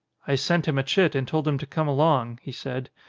i sent him a chit and told him to come along, he said.